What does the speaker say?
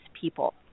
people